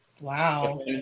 Wow